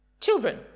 children